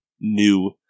new